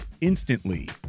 instantly